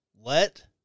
Let